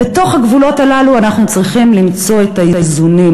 בתוך הגבולות הללו אנחנו צריכים למצוא את האיזונים.